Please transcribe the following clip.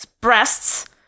breasts